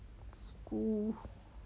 school